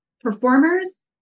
performers